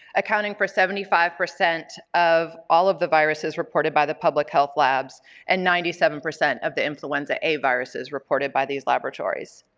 accounting for seventy five percent of all of the viruses reported by the public health labs and ninety five percent of the influenza a viruses reported by these laboratories.